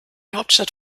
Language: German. hauptstadt